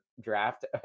Draft